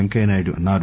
పెంకయ్యనాయుడు అన్నారు